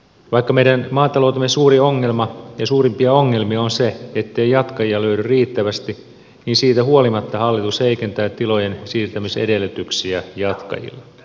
vaikka meidän maataloutemme suurimpia ongelmia on se ettei jatkajia löydy riittävästi niin siitä huolimatta hallitus heikentää tilojen siirtämisedellytyksiä jatkajille